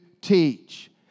teach